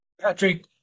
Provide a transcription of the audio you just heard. Patrick